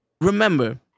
Remember